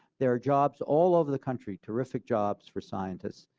there are jobs all over the country, terrific jobs for scientists.